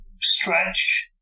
stretch